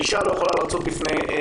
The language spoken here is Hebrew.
אישה לא יכולה להרצות בפני גברים.